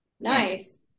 Nice